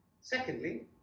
Secondly